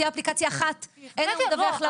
תהיה אפליקציה אחת אליה הוא מדווח.